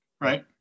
right